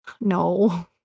No